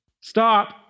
stop